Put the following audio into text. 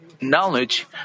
knowledge